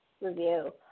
review